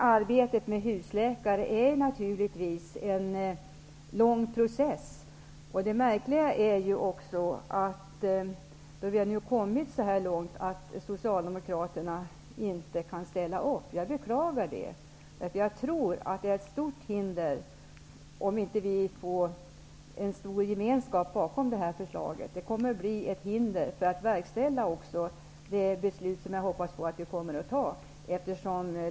Arbetet med att införa husläkare är naturligtvis en lång process. Det märkliga är att socialdemokraterna inte kan ställa upp, nu när vi har kommit så här långt. Det beklagar jag. Om det inte blir en stor gemenskap bakom detta förslag, kommer detta att utgöra ett hinder vid verkställandet av det beslut som jag hoppas att vi kommer att fatta.